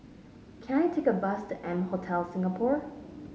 can I take a bus to M Hotel Singapore